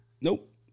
Nope